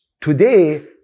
today